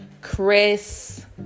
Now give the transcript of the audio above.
chris